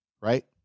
right